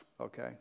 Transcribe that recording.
okay